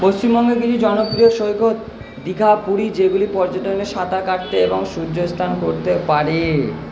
পশ্চিমবঙ্গের কিছু জনপ্রিয় সৈকত দীঘা পুরী যেগুলি পর্যটনে সাঁতার কাটতে এবং সূর্য স্নান করতে পারে